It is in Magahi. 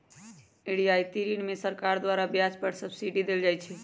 रियायती ऋण में सरकार द्वारा ब्याज पर सब्सिडी देल जाइ छइ